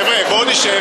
היו"ר, אתה עובד היום